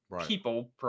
people